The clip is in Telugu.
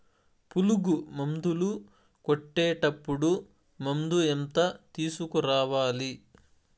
పులుగు మందులు కొట్టేటప్పుడు మందు ఎంత తీసుకురావాలి?